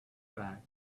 back